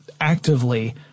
actively